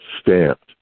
stamped